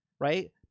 right